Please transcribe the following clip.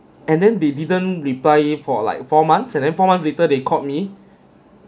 and then they didn't reply it for like four months and then four months later they called me